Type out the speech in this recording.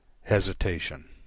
Hesitation